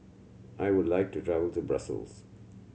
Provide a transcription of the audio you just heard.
I would like to travel to Brussels